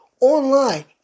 online